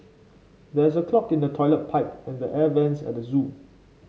there is a clog in the toilet pipe and the air vents at the zoo